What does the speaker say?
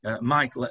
Mike